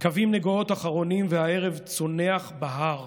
/ כבים נגוהות אחרונים, והערב צונח בהר.